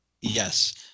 Yes